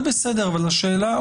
הסוציאלי שמדווח.